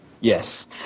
Yes